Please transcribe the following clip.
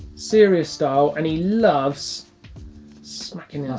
serious style and he loves smacking.